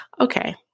Okay